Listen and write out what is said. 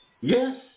Yes